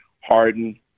Harden